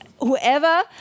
whoever